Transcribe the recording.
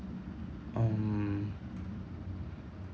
um